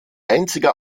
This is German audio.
einziger